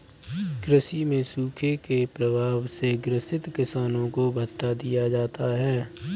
कृषि में सूखे के प्रभाव से ग्रसित किसानों को भत्ता दिया जाता है